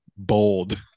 bold